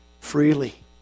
freely